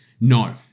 no